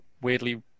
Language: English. weirdly